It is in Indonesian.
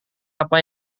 apa